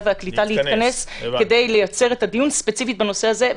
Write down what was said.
והקליטה להתכנס כדי לייצר את הדיון בנושא הזה.